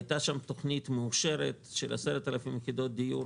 הייתה שם תוכנית מאושרת של 10,000 יחידות דיור,